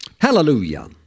Hallelujah